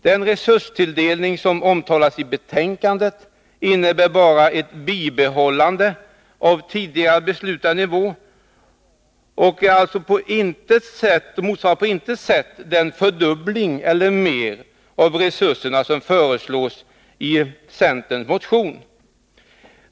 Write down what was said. Den resurstilldelning som omtalas i betänkandet innebär bara bibehållande av tidigare beslutad nivå och motsvarar alltså på intet sätt den fördubbling — eller mer — av resurserna som föreslås i centerns motion.